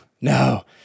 No